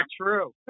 true